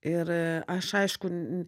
ir aš aišku